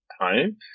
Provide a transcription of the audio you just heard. home